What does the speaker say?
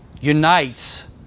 unites